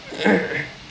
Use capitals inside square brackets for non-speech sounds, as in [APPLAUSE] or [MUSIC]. [COUGHS]